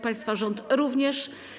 Państwa rząd również.